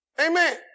Amen